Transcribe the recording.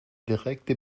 direkte